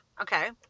Okay